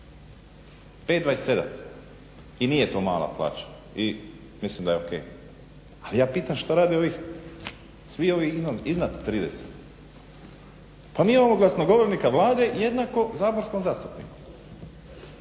5.27 i nije to mala plaća i mislim da je ok. Ali ja pitam šta rade svi ovi iznad 30. Pa mi imamo glasnogovornika Vlade jednako saborskom zastupniku,